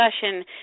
discussion